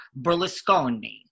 Berlusconi